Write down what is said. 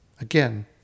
Again